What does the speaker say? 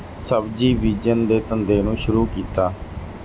ਸਬਜ਼ੀ ਬੀਜਣ ਦੇ ਧੰਦੇ ਨੂੰ ਸ਼ੁਰੂ ਕੀਤਾ